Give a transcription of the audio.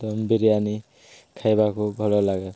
ଦମ୍ ବିରିୟାନୀ ଖାଇବାକୁ ଭଲ ଲାଗେ